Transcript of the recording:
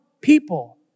people